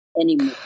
anymore